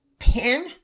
Pin